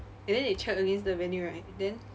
and then they check against the venue right then